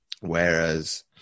Whereas